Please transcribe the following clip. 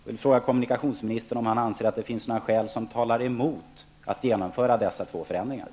Nu frågar jag kommunikationsministern om han anser att det finns några skäl som talar mot att genomföra dessa två förändringar.